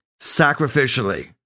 sacrificially